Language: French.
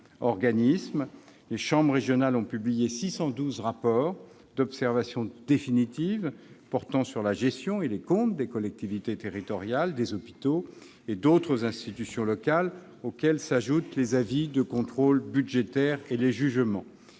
Les chambres régionales ont publié 612 rapports d'observations définitives portant sur la gestion et les comptes des collectivités territoriales, des hôpitaux et d'autres institutions locales, auxquels s'ajoutent les avis de contrôle budgétaire et les jugements,